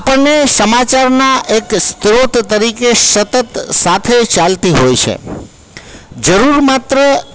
આપણને સમાચારના એક સ્ત્રોત તરીકે સતત સાથે ચાલતી હોય છે જરૂર માત્ર